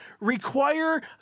require